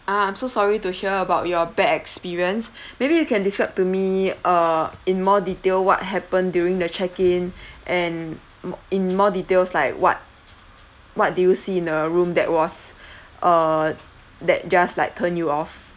ah I'm so sorry to hear about your bad experience maybe you can describe to me uh in more detail what happened during the check in and mo~ in more details like what what do you see in the room that was err that just like turn you off